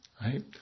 right